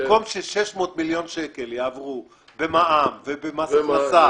במקום ש-600 מיליון שקל יעברו במע"מ ובמס הכנסה,